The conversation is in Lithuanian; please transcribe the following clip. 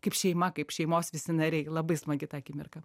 kaip šeima kaip šeimos visi nariai labai smagi ta akimirka